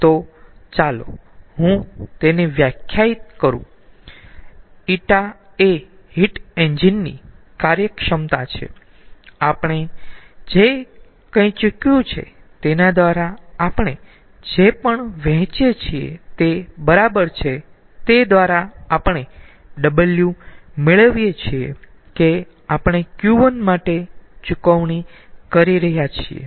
તો ચાલો હું તેને વ્યાખ્યાયિત કરું ƞ એ હીટ એન્જિન ની કાર્યક્ષમતા છે આપણે જે કંઇ ચુકવ્યુ છે તેના દ્વારા આપણે જે પણ વહેંચીયે છીએ તે બરાબર છે તે દ્વારા આપણે W મેળવીએ છીએ કે આપણે Q1 માટે ચુકવણી કરી રહ્યા છીએ